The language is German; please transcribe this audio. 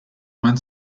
man